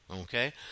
okay